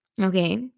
Okay